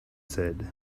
said